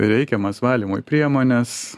reikiamas valymui priemones